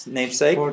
Namesake